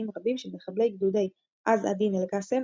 רבים של מחבלי גדודי עז א-דין אל-קסאם,